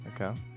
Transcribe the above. Okay